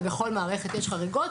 ובכל מערכת יש חריגות,